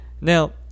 now